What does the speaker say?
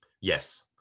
Yes